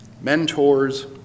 mentors